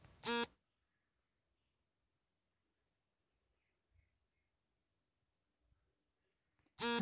ಹನ್ನೊಂದನೆನೇ ಪಂಚವಾರ್ಷಿಕ ಯೋಜನೆಯಲ್ಲಿ ರಾಷ್ಟ್ರೀಯ ಕೃಷಿ ವಿಕಾಸ ಯೋಜನೆಯನ್ನು ಜಾರಿಗೆ ತಂದರು